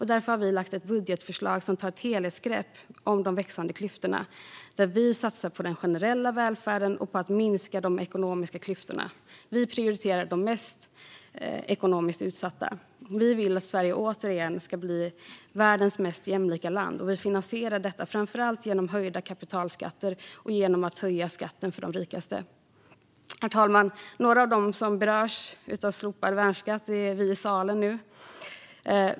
Därför har vi lagt ett budgetförslag som tar ett helhetsgrepp om de växande klyftorna. Vi satsar på den generella välfärden och på att minska de ekonomiska klyftorna. Vi prioriterar de mest ekonomiskt utsatta. Vi vill att Sverige återigen ska bli världens mest jämlika land, och vi finansierar detta framför allt genom höjda kapitalskatter och genom att höja skatten för de rikaste. Herr talman! Några av dem som berörs av slopad värnskatt är vi här i salen.